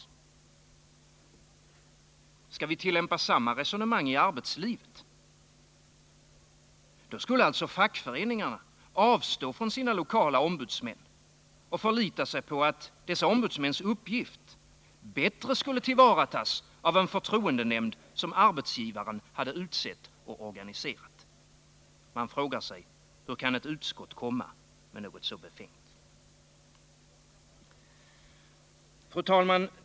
Om vi skulle tillämpa samma resonemang i arbetslivet, då skulle alltså fackföreningarna avstå från sina lokala ombudsmän och förlita sig på att dessa ombudsmäns uppgift bättre skulle skötas av en förtroendenämnd som arbetsgivaren hade utsett och organiserat. Man frågar sig: Hur kan ett utskott komma med något så befängt? Fru talman!